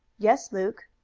yes, luke.